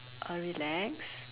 uh relax